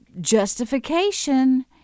justification